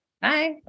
Bye